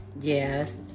Yes